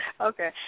Okay